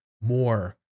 more